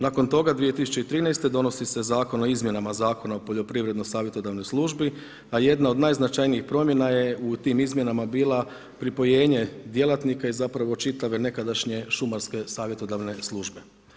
Nakon toga 2013. donosi se Zakon o izmjenama Zakona o poljoprivrednoj savjetodavnoj službi, a jedna od najznačajnijih promjena je u tim izmjenama bila pripojenje djelatnika i zapravo čitave nekadašnje šumarske savjetodavne službe.